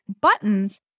buttons